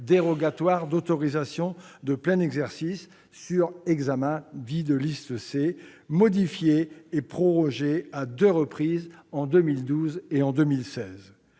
dérogatoire d'autorisation de plein exercice sur examen dit « de la liste C », modifié et prorogé à deux reprises en 2012 et 2016.